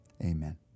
amen